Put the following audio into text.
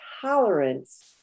tolerance